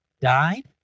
died